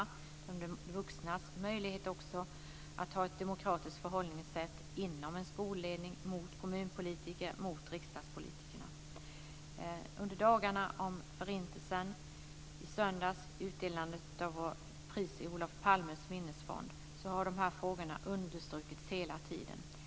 Det handlar också om de vuxnas möjligheter att ha ett demokratiskt förhållningssätt inom en skolledning, mot kommunpolitiker och mot riksdagspolitiker. Under dagarna om Förintelsen och i söndags vid utdelandet av pris från Olof Palmes minnesfond har dessa frågor understrukits hela tiden.